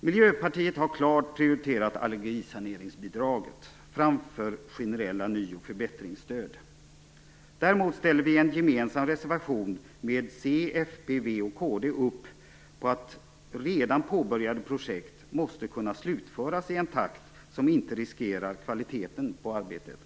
Vi i Miljöpartiet har klart prioriterat allergisaneringsbidraget framför generella ny och förbättringsstöd. Däremot ställer vi i en reservation gemensamt med Centern, Folkpartiet, Vänstern och Kristdemokraterna upp på kravet att redan påbörjade projekt skall kunna slutföras i en takt som inte riskerar kvaliteten på arbetet.